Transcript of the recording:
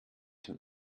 dem